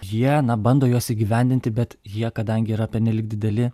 jie na bando juos įgyvendinti bet jie kadangi yra pernelyg dideli